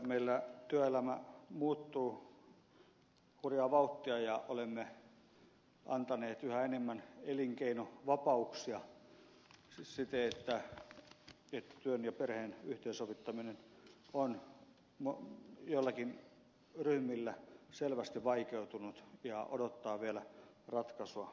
meillä työelämä muuttuu hurjaa vauhtia ja olemme antaneet yhä enemmän elinkeinovapauksia siis siten että työn ja perheen yhteensovittaminen on joillakin ryhmillä selvästi vaikeutunut ja odottaa vielä ratkaisua